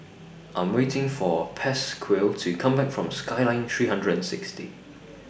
I'm waiting For Pasquale to Come Back from Skyline three hundred and sixty